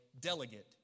delegate